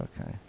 okay